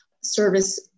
service